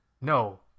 No